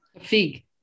Fig